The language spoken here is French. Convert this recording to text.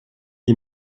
est